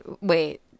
wait